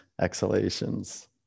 exhalations